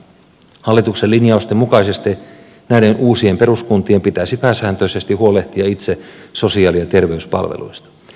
hallituksen linjausten mukaisesti näiden uusien peruskuntien pitäisi pääsääntöisesti huolehtia itse sosiaali ja terveyspalveluista